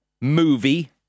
movie